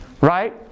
Right